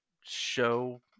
show